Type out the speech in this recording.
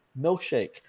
Milkshake